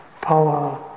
power